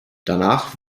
danach